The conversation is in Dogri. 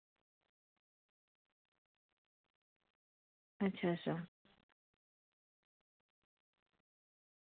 अच्छा अच्छा